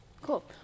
Cool